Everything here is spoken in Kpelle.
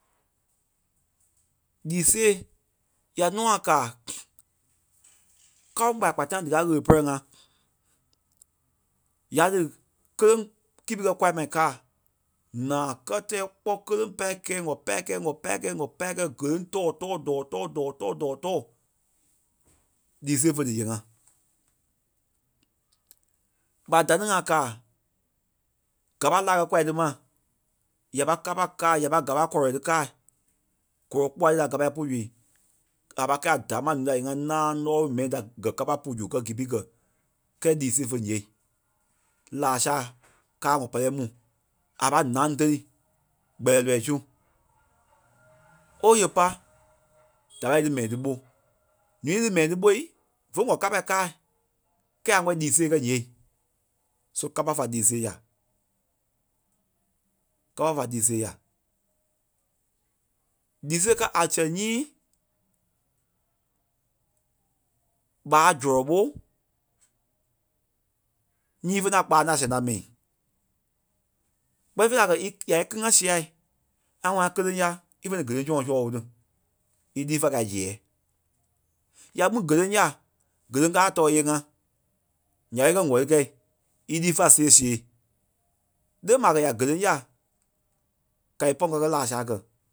Lii sêei, ya nûa kàa kâloŋ kpaya kpaya ta ni díkaa ɣele pɛrɛ ŋá ya dí- kéleŋ- kípi kɛ́ waai mai kaa naa kɛ́tɛi kpɔ́ kéleŋ pâi kɛ́ɛ, ŋɔ pâi kɛ́ɛ, ŋɔ pâi kɛ́ɛ, ŋɔ pâi kɛ́ɛ, ŋɔ pâi kɛ́ɛ, dɔ̂ɔ tɔ̂ɔ, dɔ̂ɔ tɔ̂ɔ, dɔ̂ɔ tɔ̂ɔ, dɔ̂ɔ tɔ̂ɔ, lii sêe fé díyee ŋá. ɓa da ni ŋa kaa gâpa lâai kɛ́ kwaai tí ma ya pâi kâpa káai ya pâi gâpa kɔlɔi tí káai gɔlɔ kpuai tí da gâpai pu zui a pâi kɛ̂i a dámaa ǹúui da ni ŋa yée ŋá náaŋ lɔ́ɔlu mɛi da gɛ́ kâpa pu zu gɛ́ gipi kɛ̀ kɛ́ɛ lii sêe fé ǹyêei laa sáa káa ŋɔpɛ́rɛi mu a pâi nâŋ telî gbɛlɛɛ lɔii su Ó ye pá da pâi dí mɛi tí ɓó, ǹúui lí mɛi tí ɓôi vé ŋɔ kâpai káai kɛ́ a ŋ̀wɛ̂lii lii sêe é kɛ́ ǹyêei so kâpa fa lii sêe yà. Kâpa fa lii sêe yà. Lii sêe káa a sɛŋ nyíi ɓaâ zɔlɔ ɓó nyíi ífe na kpáaŋ ní a sɛŋ ńda mɛi. Kpɛ́ni fêi la a kɛ í- yai kíli ŋá siai ŋa ŋ̀wɛ̂lii ŋá kéleŋ yá ífe niî géleŋ sɔ̃ɔi sɔlɔ ɓo ní í líi fé pâi kɛ̂i a zêɛɛ. Ya kpîŋ géleŋ ya géleŋ káa tɔɔi íyee ŋá nya ɓé íkɛ ŋ̀wɛli kɛ̂i, ílii fé pâi sêe sêei lée ma a kɛ̀ ya géleŋ ya ka í pɔ̂ŋ ká kɛ́ laa sáa kɛ̀